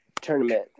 tournament